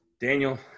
Daniel